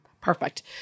perfect